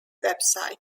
website